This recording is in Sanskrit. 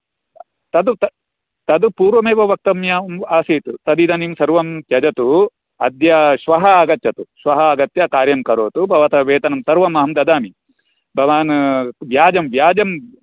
तद् त तद् पूर्वमेव वक्तम्यम् आसीत् तद् इदानीं सर्वं त्यजतु अद्य श्वः आगच्छतु श्वः आगत्य कर्यं करोतु भवतः वेतनं सर्वमहं ददामि भवान् व्याजं व्याजं